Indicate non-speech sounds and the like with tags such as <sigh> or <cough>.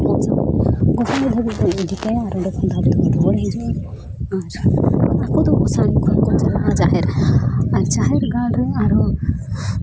<unintelligible> ᱫᱷᱟᱹᱵᱤᱡ ᱵᱚᱱ ᱤᱫᱤ ᱠᱟᱭᱟ ᱟᱨ ᱚᱸᱰᱮ ᱠᱷᱚᱱ ᱟᱵᱚ ᱫᱚᱵᱚᱱ ᱨᱩᱣᱟᱹᱲ ᱦᱤᱡᱩᱜᱼᱟ ᱟᱨ ᱟᱠᱚ ᱫᱚ <unintelligible> ᱥᱟᱱᱟᱢ ᱠᱚᱜᱮ ᱠᱚ ᱪᱟᱞᱟᱜᱼᱟ ᱡᱟᱦᱮᱨ ᱟᱨ ᱡᱟᱦᱮᱨ ᱜᱟᱲ ᱨᱮ ᱟᱨᱦᱚᱸ